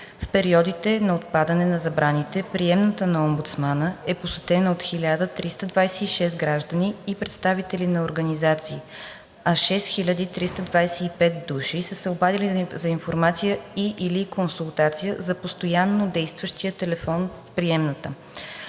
В периодите на отпадане на забраните приемната на омбудсмана е посетена от 1326 граждани и представители на организации, а 6325 души са се обадили за информация и/или консултация на постоянно действащия телефон в приемната.